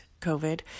COVID